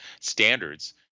standards